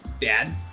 Dad